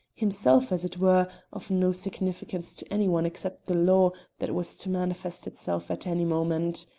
himself, as it were, of no significance to any one except the law that was to manifest itself at any moment.